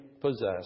possess